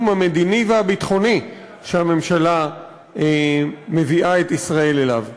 המדיני והביטחוני שהממשלה מביאה את ישראל אליו.